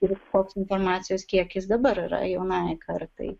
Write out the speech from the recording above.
ir koks informacijos kiekis dabar yra jaunajai kartai